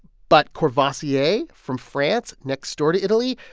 but courvoisier from france, next door to italy,